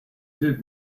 did